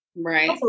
Right